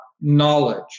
knowledge